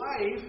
life